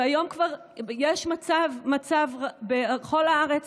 והיום כבר יש מצב בכל הארץ